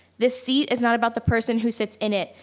the seat is not about the person who sits in it,